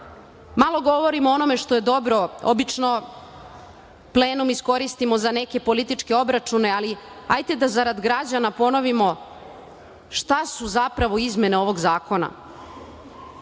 malo govorimo o onome što je dobro, obično plenum iskoristimo za neke političke obračune, ali hajde da zarad građana ponovimo šta su zapravo izmene ovog zakona,